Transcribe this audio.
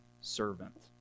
servant